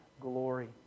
glory